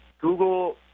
Google –